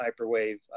hyperwave